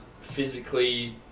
physically